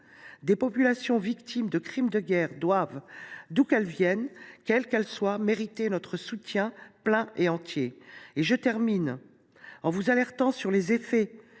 Les populations victimes de crimes de guerre, d’où qu’elles viennent, quelles qu’elles soient, méritent notre soutien plein et entier. Je termine en vous alertant sur les effets